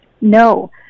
No